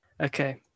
Okay